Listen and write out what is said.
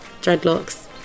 dreadlocks